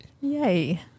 Yay